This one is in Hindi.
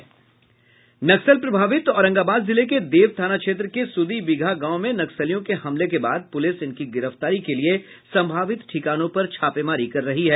नक्सल प्रभावित औरंगाबाद जिले के देव थाना क्षेत्र के सूदी बीघा गांव में नक्सलियों के हमले के बाद पुलिस इनकी गिरफ्तारी के लिए संभावित ठिकानों पर छापेमारी कर रही है